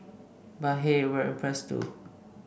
but hey we're impressed too